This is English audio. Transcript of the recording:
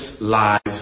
lives